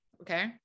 Okay